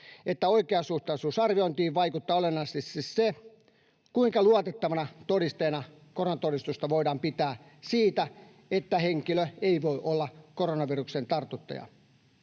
että oikeasuhtaisuusarviointiin vaikuttaa olennaisesti se, kuinka luotettavana todisteena koronatodistusta voidaan pitää siitä, että henkilö ei voi olla koronaviruksen tartuttaja.